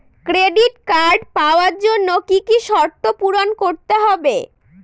Credit card পাওয়ার জন্য কি কি শর্ত পূরণ করতে হবে?